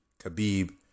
Khabib